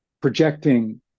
projecting